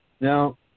Now